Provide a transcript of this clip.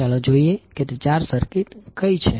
ચાલો જોઈએ કે તે ચાર સર્કિટ કઈ છે